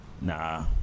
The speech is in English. Nah